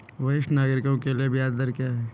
वरिष्ठ नागरिकों के लिए ब्याज दर क्या हैं?